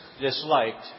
disliked